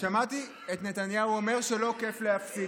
שמעתי את נתניהו אומר שלא כיף להפסיד.